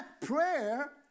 Prayer